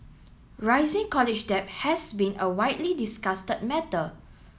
rising college debt has been a widely discussed matter